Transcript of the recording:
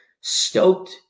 stoked